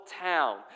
town